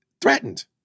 Threatened